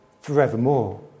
forevermore